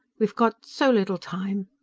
we've got so little time.